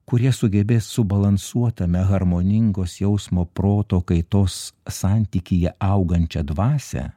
kurie sugebės subalansuotame harmoningos jausmo proto kaitos santykyje augančią dvasią